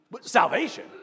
Salvation